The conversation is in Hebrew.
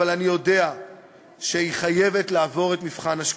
אבל אני יודע שהיא חייבת לעבור את מבחן השקיפות.